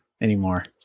anymore